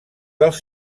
dels